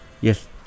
Yes